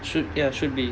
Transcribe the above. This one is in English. should ya should be